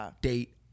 date